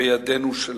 בידינו שלנו.